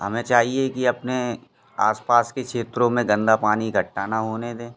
हमें चाहिए कि अपने आसपास के क्षेत्रों में गंदा पानी इकठ्ठा न होने दें